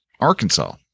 Arkansas